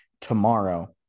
tomorrow